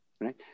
right